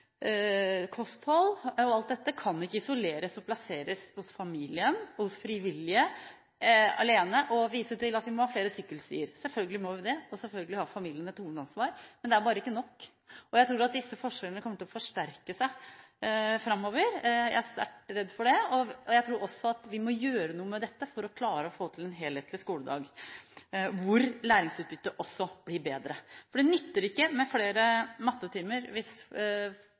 kosthold – alt dette – kan ikke isoleres og plasseres hos familien eller hos frivillige alene og vise til at vi må ha flere sykkelstier. Selvfølgelig må vi det, og selvfølgelig har familien et hovedansvar, men det er bare ikke nok. Jeg er sterkt redd for at disse forskjellene kommer til å forsterke seg framover, og jeg tror vi må gjøre noe med dette for å klare å få til en helhetlig skoledag – hvor læringsutbyttet også blir bedre. For det nytter ikke med flere mattetimer hvis